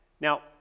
Now